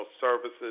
services